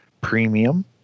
Premium